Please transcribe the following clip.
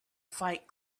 fight